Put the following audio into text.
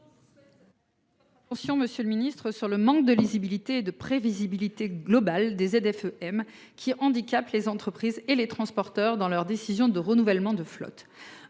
attention sur le manque de lisibilité et de prévisibilité globale des ZFE-m qui handicape les entreprises et les transporteurs dans leurs décisions de renouvellement de flotte.